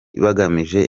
bagamije